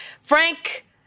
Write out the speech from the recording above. frank